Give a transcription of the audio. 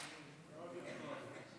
טלי, אנא תפסי את מקומך.